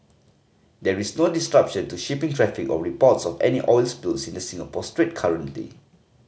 there is no disruption to shipping traffic or reports of any oil spills in the Singapore Strait currently